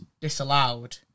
disallowed